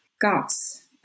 guts